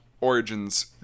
Origin's